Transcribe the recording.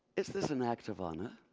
is this an act of honor?